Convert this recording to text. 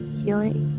healing